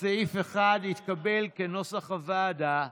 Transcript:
סעיף 1 התקבל כנוסח הוועדה.